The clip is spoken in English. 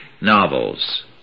novels